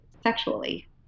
sexually